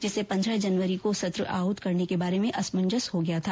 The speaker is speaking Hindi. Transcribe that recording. जिससे पन्द्रह जनवरी को सत्र आहत करने के बारे में असमंजस हो गया था